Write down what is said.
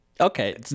Okay